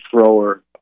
thrower